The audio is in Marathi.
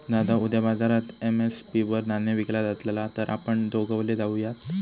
दादा उद्या बाजारात एम.एस.पी वर धान्य विकला जातला तर आपण दोघवले जाऊयात